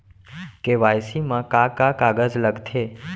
KYC मा का का कागज लगथे?